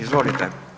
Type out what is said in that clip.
Izvolite.